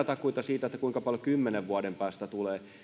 takuita siitä kuinka paljon kymmenen vuoden päästä tulee